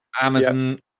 amazon